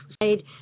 made